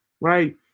right